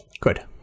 good